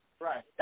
Right